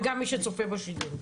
וגם מי שצופה בשידור.